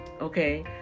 okay